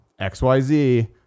xyz